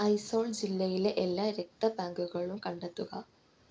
ഐസോൾ ജില്ലയിലെ എല്ലാ രക്ത ബാങ്കുകളും കണ്ടെത്തുക